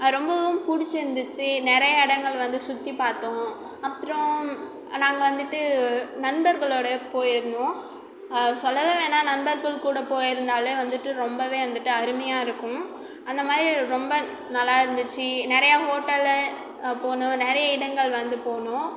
ரொம்பவும் பிடிச்சிருந்துச்சு நிறைய இடங்கள் வந்து சுற்றி பார்த்தோம் அப்றம் நாங்கள் வந்துட்டு நண்பர்களோட போயிருந்தோம் சொல்லவே வேணாம் நண்பர்கள் கூட போயிருந்தாலே வந்துட்டு ரொம்பவே வந்துட்டு அருமையாக இருக்கும் அந்த மாதிரி ரொம்ப நல்லா இருந்துச்சு நிறையா ஹோட்டல்லு போனோம் நிறைய இடங்கள் வந்து போனோம்